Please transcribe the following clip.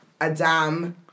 Adam